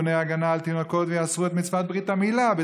שיהיו דברי תורה חדשים עליך כאילו היום ניתנו".